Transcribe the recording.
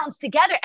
together